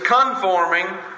conforming